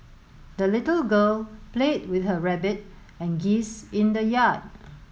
the little girl played with her rabbit and geese in the yard